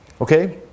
Okay